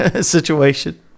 situation